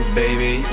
baby